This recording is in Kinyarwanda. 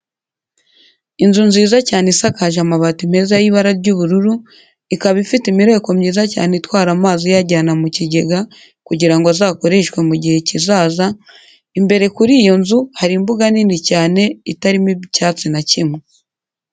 Inzu nziza cyane isakaje amabati meza y'ibara ry'ubururu, ikaba ifite imireko myiza cyane itwara amazi iyajyana mu kigega kugira ngo azakoreshwe mu gihe kuzaza, imbere kuri iyo nzu hari imbuga nini cyane itarimo icyatsi na kimwe.